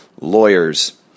lawyers